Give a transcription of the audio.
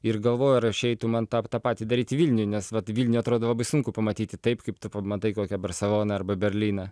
ir galvojau ar išeitų man tą tą patį daryti vilniuj nes vat neatrodo labai sunku pamatyti taip kaip tu pamatai kokią barseloną arba berlyną